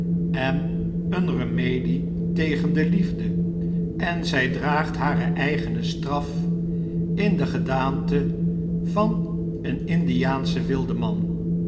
en eene remedie tegen de liefde enzijdraagt hare eigene straf in de gedaante van een indiaanschen wildeman